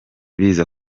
biza